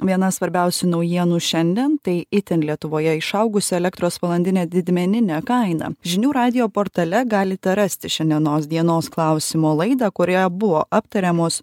viena svarbiausių naujienų šiandien tai itin lietuvoje išaugusi elektros valandinė didmeninė kaina žinių radijo portale galite rasti šiandienos dienos klausimo laidą kurioje buvo aptariamos